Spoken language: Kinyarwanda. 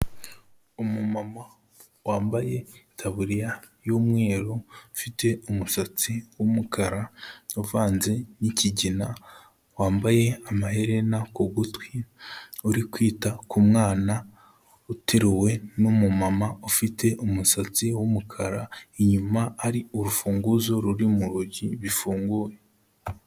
Umumama wambaye itaburiya y'umweru, ufite umusatsi w'umukara uvanze n'ikigina, wambaye amaherena ku gutwi uri kwita ku mwana uteruwe n'umumama ufite umusatsi w'umukara, inyuma hari urufunguzo ruri mu rugi bifunguye.